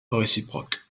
réciproque